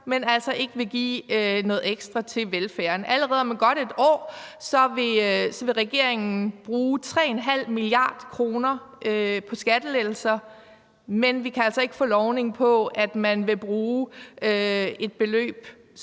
men altså ikke vil give noget ekstra til velfærden. Allerede om godt et år vil regeringen bruge 3,5 mia. kr. på skattelettelser, men vi kan altså ikke få lovning på, at man vil bruge et beløb